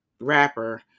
rapper